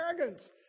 arrogance